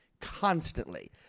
constantly